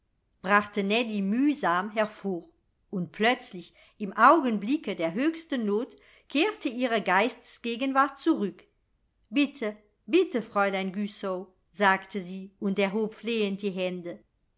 brachte nellie mühsam hervor und plötzlich im augenblicke der höchsten not kehrte ihre geistesgegenwart zurück bitte bitte fräulein güssow sagte sie und erhob flehend die hände